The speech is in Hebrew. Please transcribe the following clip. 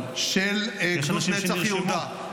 אבל יש אנשים שנרשמו.